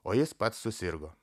o jis pats susirgo